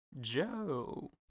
Joe